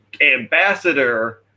ambassador